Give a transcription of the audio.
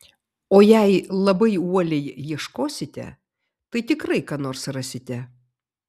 o jei labai uoliai ieškosite tai tikrai ką nors rasite